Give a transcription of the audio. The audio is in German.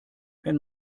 wenn